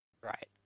Right